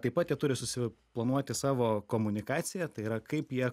taip pat jie turi susiplanuoti savo komunikaciją tai yra kaip jie